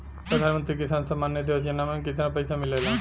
प्रधान मंत्री किसान सम्मान निधि योजना में कितना पैसा मिलेला?